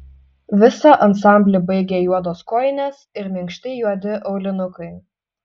visą ansamblį baigė juodos kojinės ir minkšti juodi aulinukai